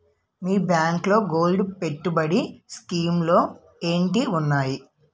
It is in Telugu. మీ బ్యాంకులో గోల్డ్ పెట్టుబడి స్కీం లు ఏంటి వున్నాయి?